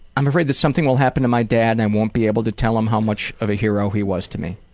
i'm afraid that something will happen to my dad and i won't be able to tell him how much of a hero he was to me.